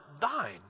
thine